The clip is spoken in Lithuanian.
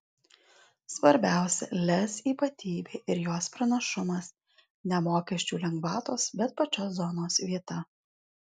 svarbiausia lez ypatybė ir jos pranašumas ne mokesčių lengvatos bet pačios zonos vieta